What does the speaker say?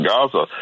Gaza